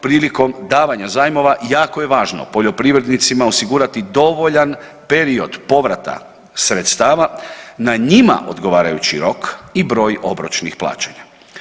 Prilikom davanja zajmova jako je važno poljoprivrednicima osigurati dovoljan period povrata sredstava na njima odgovarajući rok i broj obročnih plaćanja.